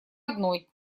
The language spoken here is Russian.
одной